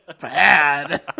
bad